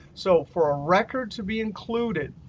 so for a record to be included,